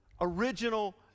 original